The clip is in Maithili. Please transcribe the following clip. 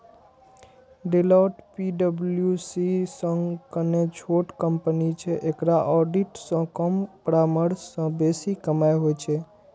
डेलॉट पी.डब्ल्यू.सी सं कने छोट कंपनी छै, एकरा ऑडिट सं कम परामर्श सं बेसी कमाइ होइ छै